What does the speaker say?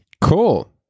Cool